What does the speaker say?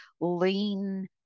lean